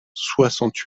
soixante